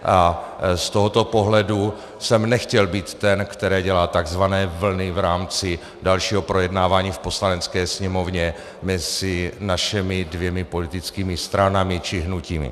Z tohoto pohledu jsem nechtěl být ten, který dělá takzvané vlny v rámci dalšího projednávání v Poslanecké sněmovně mezi našimi dvěma politickými stranami, či hnutími.